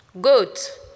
goat